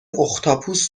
اختاپوس